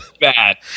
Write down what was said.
bad